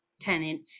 tenant